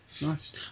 nice